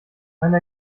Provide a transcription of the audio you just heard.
einer